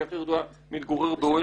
כי אחרת הוא היה מתגורר באוהל ברחוב.